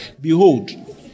behold